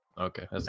Okay